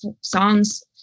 songs